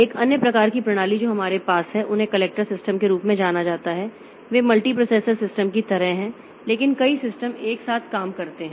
एक अन्य प्रकार की प्रणाली जो हमारे पास है उन्हें क्लस्टर सिस्टम के रूप में जाना जाता है वे मल्टीप्रोसेसर सिस्टम की तरह हैं लेकिन कई सिस्टम एक साथ काम करते हैं